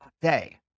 day